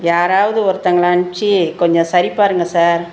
யாராவது ஒருத்தவங்கள அனுப்ச்சு கொஞ்சம் சரிப் பாருங்கள் சார்